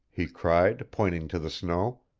he cried, pointing to the snow.